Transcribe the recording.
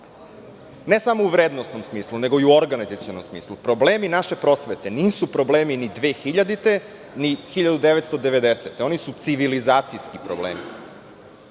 ne samo u vrednosnom smislu nego i u organizacionom smislu. Problemi naše prosvete nisu problemi ni 2000. ni 1990. godine. Oni su civilizacijski problemi.